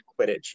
quidditch